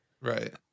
right